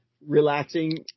relaxing